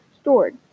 stored